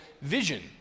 vision